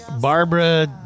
barbara